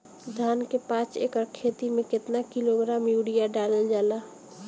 धान के पाँच एकड़ खेती में केतना किलोग्राम यूरिया डालल जाला?